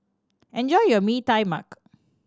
enjoy your Mee Tai Mak